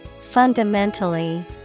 Fundamentally